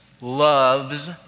loves